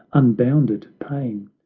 unbounded pain,